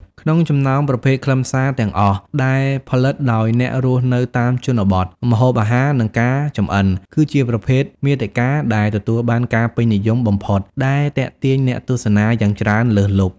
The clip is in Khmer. ក្នុងចំណោមប្រភេទខ្លឹមសារទាំងអស់ដែលផលិតដោយអ្នករស់នៅតាមជនបទ ម្ហូបអាហារ និងការចម្អិន គឺជាប្រភេទមាតិកាដែលទទួលបានការពេញនិយមបំផុត ដែលទាក់ទាញអ្នកទស្សនាយ៉ាងច្រើនលើសលប់។